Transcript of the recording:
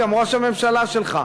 גם ראש הממשלה שלך,